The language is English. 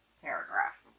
paragraph